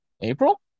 April